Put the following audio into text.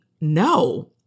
No